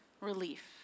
relief